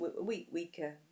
weaker